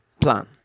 plan